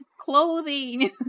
clothing